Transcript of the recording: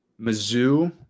Mizzou